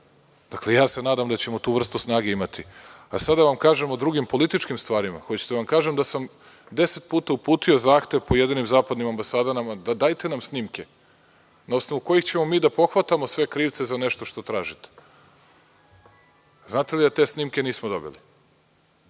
Dakle, ja se nadam da ćemo tu vrstu snage imati. Sada da vam kažem o drugim političkim stvarima. Hoćete da vam kažem da sam 10 puta uputio zahtev pojedinim zapadnim ambasadama – dajte nam snimke na osnovu kojih ćemo mi da pohvatamo sve krivce za nešto što tražite. Znate li da te snimke nismo dobili.